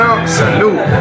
Salute